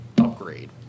upgrade